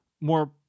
more